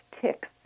ticks